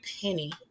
penny